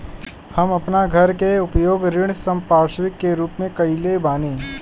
हम आपन घर के उपयोग ऋण संपार्श्विक के रूप में कइले बानी